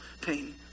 pain